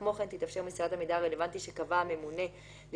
כמו כן תתאפשר מסירת המידע הרלוונטי שקבע הממונה ליושב